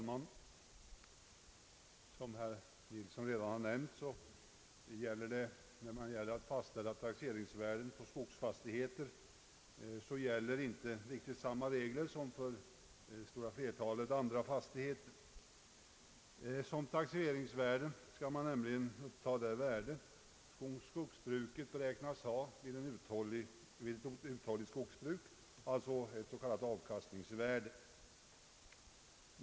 Herr talman! Som herr Nilsson redan har nämnt, gäller vid fastställandet av taxeringsvärdet för skogsfastigheter inte riktigt samma regler som för det stora flertalet andra fastigheter. Som taxeringsvärde skall nämligen upptas det värde som skogsbruket beräknas ha vid ett efter förhållandena avpassat uthålligt skogsbruk, ett s.k. avkastningsvärde.